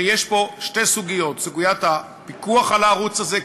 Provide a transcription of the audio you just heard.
שיש פה שתי סוגיות: סוגיית הפיקוח על הערוץ הזה,